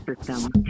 system